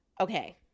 Okay